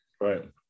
Right